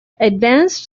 advanced